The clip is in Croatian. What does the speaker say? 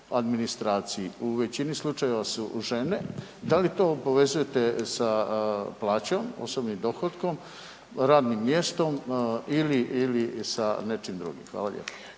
administraciji u većini slučajeva su žene. Da li to povezujete sa plaćom, osobnim dohotkom, radnim mjestom ili sa nečim drugim? Hvala lijepa.